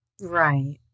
Right